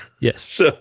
Yes